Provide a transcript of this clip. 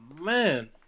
man